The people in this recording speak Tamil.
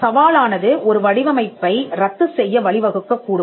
சவாலானது ஒரு வடிவமைப்பை ரத்துசெய்ய வழிவகுக்கக் கூடும்